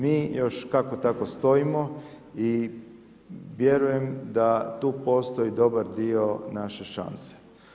Mi još kako tako stojimo i vjerujem da tu postoji dobar dio naše šanse.